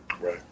Right